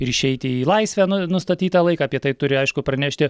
ir išeiti į laisvę nu nustatytą laiką apie tai turi aišku pranešti